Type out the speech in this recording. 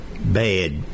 bad